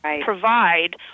provide